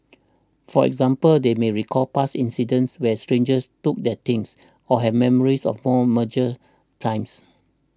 for example they may recall past incidents where strangers took their things or have memories of more meagre times